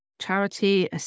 charity